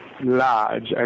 large